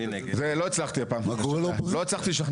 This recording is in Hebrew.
לא הצלחתי לשכנע.